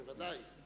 בוודאי.